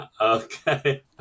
Okay